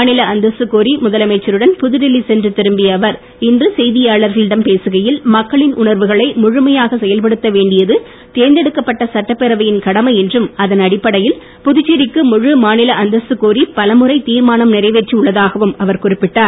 மாநில அந்தஸ்து கோரி முதலமைச்சருடன் புதுடெல்லி சென்று திரும்பிய அவர் இன்று செய்தியாளர்களிடம் பேசுகையில் மக்களின் உணர்வுகளை முழுமையாக செயல்படுத்த வேண்டியது தேர்ந்தெடுக்கப்பட்ட சட்டப்பேரவையின் கடமை என்றும் அதன் அடிப்படையில் புதுச்சேரிக்கு முழு மாநில அந்தஸ்து கோரி பலமுறை தீர்மானம் நிறைவேற்றி உள்ளதாகவும் அவர் குறிப்பிட்டார்